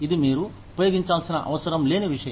ఇది మీరు ఉపయోగించాల్సిన అవసరం లేని విషయం